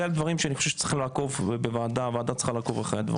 אני חושב שהוועדה צריכה לעקוב אחרי הדברים האלה.